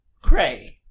cray